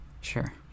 Sure